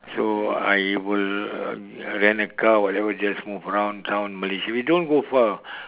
so I will uh rent a car whatever just move around town Malaysia we don't go far